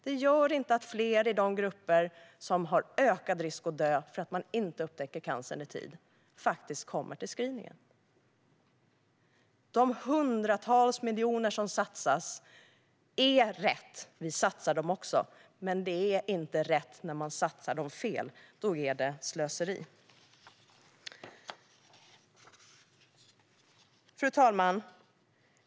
Det gör inte att fler i de grupper som har ökad risk att dö för att man inte upptäcker cancern i tid kommer till screeningen. De hundratals miljoner som satsas är rätt. Vi vill också satsa dem. Men det är inte rätt när man satsar dem fel. Då är det slöseri. Fru talman!